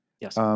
Yes